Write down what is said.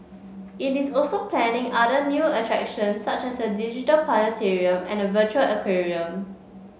it is also planning other new attractions such as a digital planetarium and a virtual aquarium